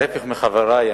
ההיפך מחברי,